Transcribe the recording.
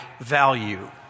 value